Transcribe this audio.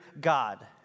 God